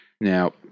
Now